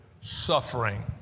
suffering